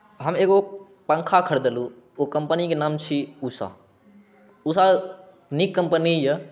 हम एगो पँखा खरिदलहुँ ओ कम्पनीके नाम छी उषा उषा नीक कम्पनी अइ